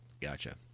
gotcha